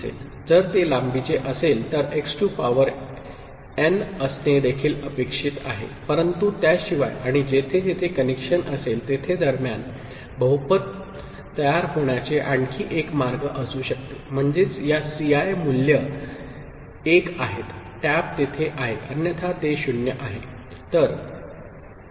जर ते लांबीचे असेल तर एक्स टू पॉवर एन असणे देखील अपेक्षित आहे परंतु त्याशिवाय आणि जेथे जेथे कनेक्शन असेल तेथे दरम्यान बहुपद तयार होण्याचे आणखी एक मार्ग असू शकते म्हणजेच या सीआय मूल्ये 1 आहेत टॅप तेथे आहे अन्यथा ते 0 आहे